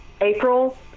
April